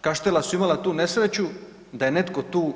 Kaštela su imala tu nesreću da je netko tu